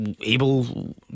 able